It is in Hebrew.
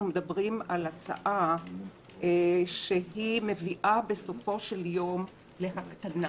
מדברים על הצעה שמביאה בסופו של יום להקטנה